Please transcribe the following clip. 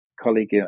colleague